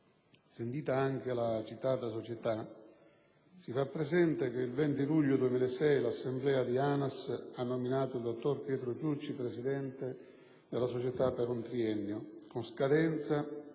sentita anche la citata società, si fa presente che il 20 luglio 2006 l'assemblea dell'ANAS ha nominato il dottor Pietro Ciucci presidente della società per un triennio, con scadenza